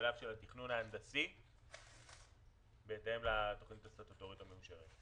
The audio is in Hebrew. בשלב של התכנון ההנדסי בהתאם לתוכנית הסטטוטורית המאושרת.